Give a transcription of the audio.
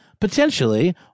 potentially